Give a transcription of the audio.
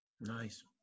Nice